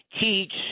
teach –